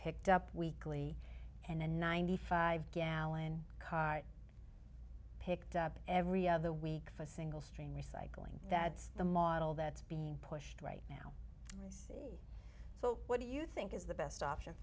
picked up weekly and a ninety five gallon car picked up every other week for a single stream recycling that's the model that's being pushed right now so what do you think is the best option